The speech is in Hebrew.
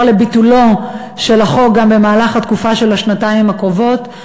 לביטולו של החוק במהלך התקופה של השנתיים הקרובות,